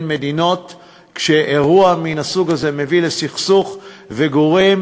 מדינות כשאירוע מן הסוג הזה מביא לסכסוך וגורם